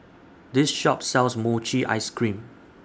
This Shop sells Mochi Ice Cream